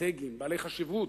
אסטרטגיים בעלי חשיבות,